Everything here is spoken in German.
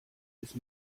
ist